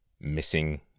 missing